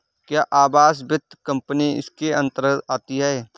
क्या आवास वित्त कंपनी इसके अन्तर्गत आती है?